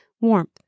Warmth